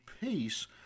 peace